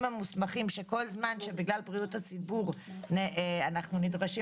המוסמכים שכל זמן שבגלל בריאות הציבור אנחנו נדרשים